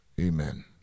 Amen